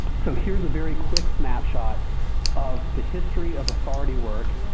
so here's a very quick snapshot of the history of authority work,